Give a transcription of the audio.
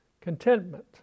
contentment